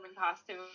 costume